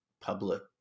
public